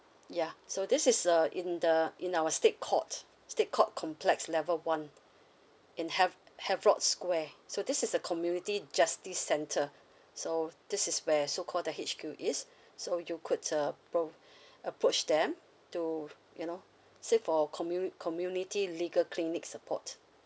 ya so this is uh in the in our state court state court complex level one in have~ havelock square so this is a community justice centre so this is where so called the H_Q is so you could appro~ approach them to you know seek for communi~ community legal clinic support